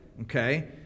okay